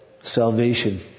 salvation